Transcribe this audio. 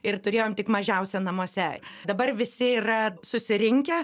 ir turėjom tik mažiausią namuose dabar visi yra susirinkę